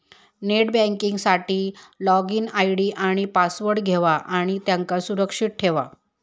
net banking साठी login ID आणि password घेवा आणि त्यांका सुरक्षित ठेवा